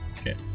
Okay